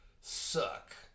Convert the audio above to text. suck